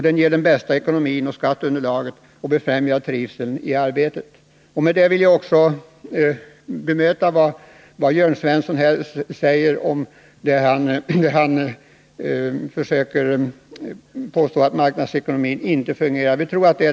Den ger bäst ekonomi och skatteunderlag och befrämjar trivseln i arbetet. Med det vill jag också bemöta vad Jörn Svensson sade om att marknadsekonomin inte fungerar.